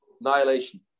annihilation